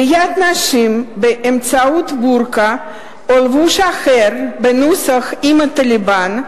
כליאת נשים באמצעות בורקה או לבוש אחר בנוסח "אמא טליבאן"